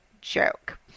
joke